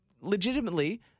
legitimately